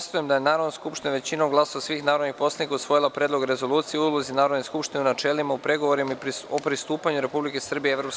Konstatujem da je Narodna skupština većinom glasova svih narodnih poslanika usvojila Predlog rezolucije o ulozi Narodne skupštine i načelima u pregovorima o pristupanju Republike Srbije Evropskoj uniji.